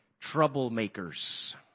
Troublemakers